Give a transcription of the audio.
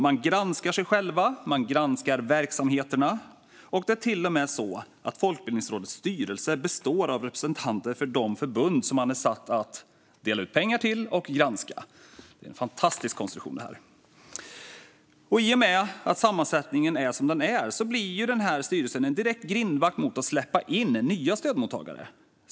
Man granskar sig självt, och man granskar verksamheterna. Det är till och med så att Folkbildningsrådets styrelse består av representanter för de förbund som man är satt att dela ut pengar till och granska. Det är en fantastisk konstruktion. I och med att sammansättningen är som den är blir styrelsen en direkt grindvakt mot att släppa in nya stödmottagare.